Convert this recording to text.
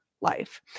life